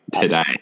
today